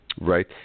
Right